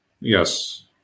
Yes